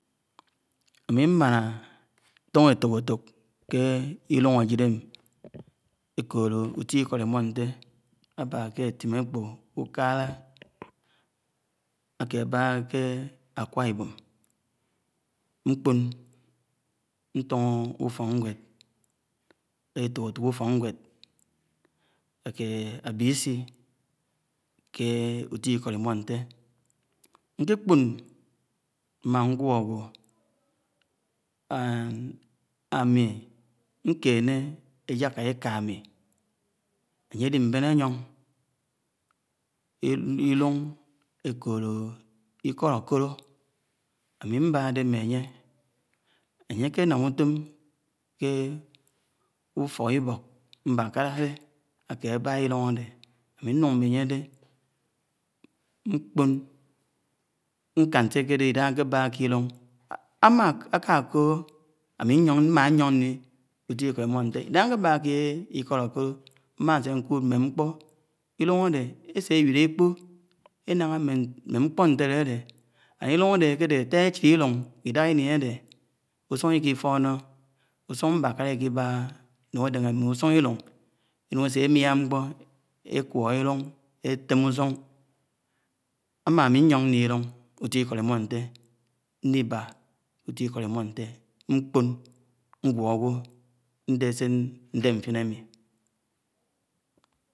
Ámi máná ṇtóhó étọk étók ké jlúng ajid ami ekolo utu ikot imónté, aba ké étim ekpọ úkálá áke abaha ke Akwa ibọm ṇkpọn ntúhọ úfọkṇwed etók etok ufoknwed ake ábisi ké útú ikọt imoṇte ke kpọn mmá ngwọ ágwọ ami nkene ejáká eka ami aye ali ben áyon ilúṇg ékọlọ ikọd akọlọ ámi ṇbáde nṇe ánye ánye ákenám utom ké ufok ibok mbákára de akebáhá ke ilúṇg áde ámi nwng ne ányr dé nkpoṇ nkán se akédé idáhá nkébáhá ke ikọd ákọlo, mmá se nkúd mme nkpo ilúng áde ése éwíle ekpo enám mme mkpo ntélé dede, ilung áde ákede átá echid ilung idaha ini áde usun ikifọnọ usún mkbákálá ikibaha ánún adéhé mme usún ilúng enún esémia nkpo ekuok ilung etem usún ámá ámi ṇyón ṇli ilúng útu ikọd imonte nliba ke utu ikod imonte nkpọn ngwọ agwọ ṇdé sé ṇdé nfinémi